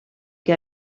que